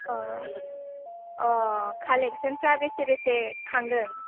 कालेक्टसनफ्रा बेसे बेसे खांदों